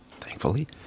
thankfully